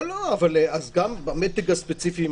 אז גם במתג הספציפי,